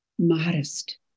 modest